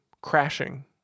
crashing